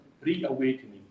reawakening